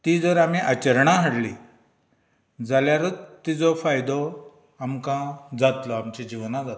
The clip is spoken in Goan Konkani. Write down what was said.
ती जर आमी आचरणांत हाडली जाल्यारूत तिजो फायदो आमकां जातलो आमचे जिवनांत जातलो